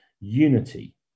unity